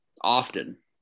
often